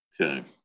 okay